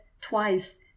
twice